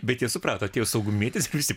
bet jie suprato atėjo saugumietis visi